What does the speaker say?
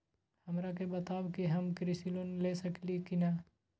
हमरा के बताव कि हम कृषि लोन ले सकेली की न?